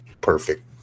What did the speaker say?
perfect